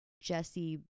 Jesse